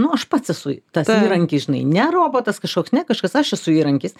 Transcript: nu aš pats esu tas įrankis žinai ne robotas kažkoks ne kažkas aš esu įrankis